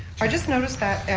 i just noticed that,